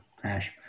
crash